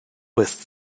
with